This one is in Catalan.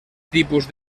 tipus